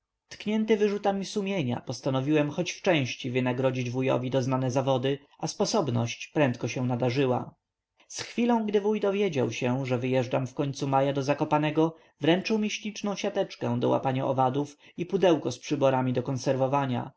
tknięty wyrzutami sumienia postanowiłem choć w części wynagrodzić wujowi doznane zawody a sposobność prędko się nadarzyła z chwilą gdy wuj dowiedział się że wyjeżdżam w końcu maja do zakopanego wręczył mi śliczną siateczkę do łapania owadów i pudełko z przyborami do konserwowania